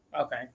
Okay